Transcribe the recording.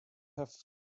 have